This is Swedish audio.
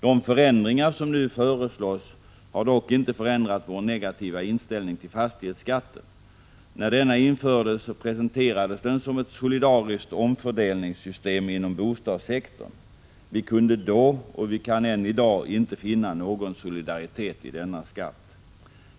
De förändringar som nu föreslås har dock inte förändrat vår negativa inställning till fastighetsskatten. När denna infördes presenterades den som ”ett solidariskt omfördelningssystem inom bostadssektorn”. Vi kunde då — och vi kan än i dag — inte finna någon solidaritet i denna skatt.